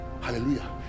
Hallelujah